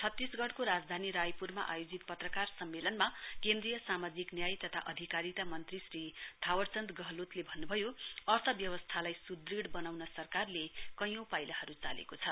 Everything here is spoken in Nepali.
छत्तीसगढ़को राजधानी रायपूरमा आयोजित पत्रकार सम्मेलनमा केन्द्रीय सामाजिक न्याय तथा अधिकारिता मन्त्री श्री थावरचन्द गहलोतले भन्न्भयो अर्थव्यवास्थालाई स्दृढ बनाउन सरकारले कैंयौं पाइलाहरू चालेको छ